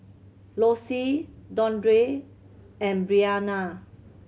Lossie Dondre and Breanna